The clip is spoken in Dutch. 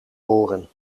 oren